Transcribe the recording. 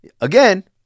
again